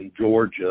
Georgia